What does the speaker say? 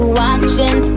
watching